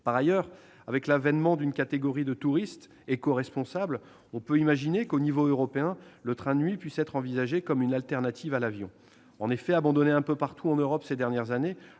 Par ailleurs, avec l'avènement d'une catégorie de touristes écoresponsables, on peut imaginer qu'au niveau européen le train de nuit soit envisagé comme une solution de substitution à l'avion. Abandonné un peu partout en Europe ces dernières années,